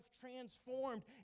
transformed